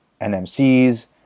NMCs